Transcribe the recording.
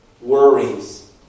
worries